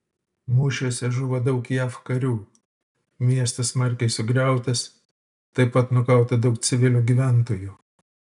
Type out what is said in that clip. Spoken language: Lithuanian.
mūšiuose žuvo daug jav karių miestas smarkiai sugriautas taip pat nukauta daug civilių gyventojų